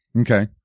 Okay